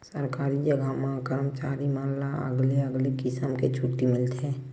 सरकारी जघा म करमचारी मन ला अलगे अलगे किसम के छुट्टी मिलथे